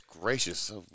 gracious